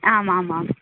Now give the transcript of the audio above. आम् आम् आम्